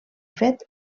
fet